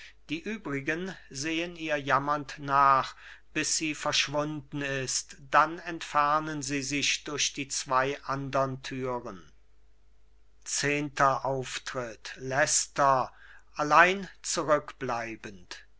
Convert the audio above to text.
die übrigen sehen ihr jammernd nach bis sie verschwunden ist dann entfernen sie sich durch die zwei andern türen leicester allein zurückbleibend